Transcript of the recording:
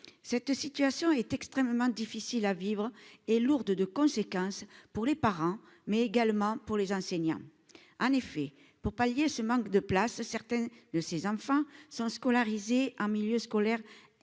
cette situation est extrêmement difficile à vivre et lourde de conséquences pour les parents, mais également pour les enseignants, en effet, pour pallier ce manque de place, certains de ses enfants sont scolarisés en milieu scolaire